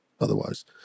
otherwise